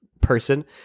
person